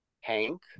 hank